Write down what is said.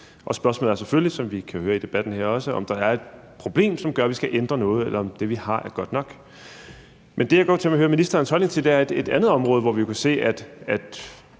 og spørgsmålet er selvfølgelig, som vi også kan høre i debatten her, om der er et problem, som gør, at vi skal ændre noget, eller om det, vi har, er godt nok. Men det, jeg godt kunne tænke mig at høre ministerens holdning til, er et andet område, hvor vi kan se, at